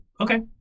Okay